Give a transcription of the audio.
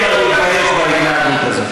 אין לי אלא להתבייש בהתנהגות הזאת.